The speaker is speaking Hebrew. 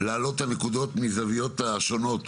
להעלות את הנקודות מהזוויות השונות,